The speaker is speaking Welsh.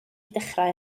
dechrau